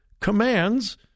commands